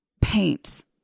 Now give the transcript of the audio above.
paint